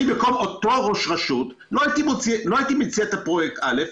אני במקומו אותו ראש רשות לא הייתי מציע את פרויקט א',